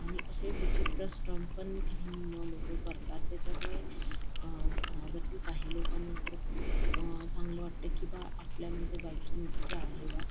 आणि असे विचित्र स्टंट पण काही लोक करतात त्याच्यामुळे समाजातील काही लोकांना तर खूप चांगलं वाटतं की बा आपल्यांमध्ये बाईकिंगचं आहे बा